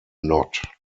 not